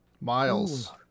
Miles